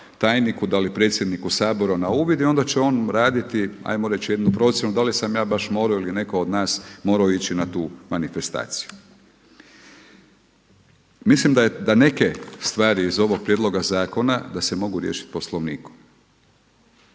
da li predsjedniku Sabora na uvid i onda će on raditi ajmo reći jednu procjenu dali sam ja baš morao ili netko od nas morao ići na tu manifestaciju. Mislim da neke stvari iz ovog prijedloga zakona da se mogu riješiti Poslovnikom,